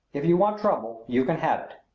if you want trouble you can have it.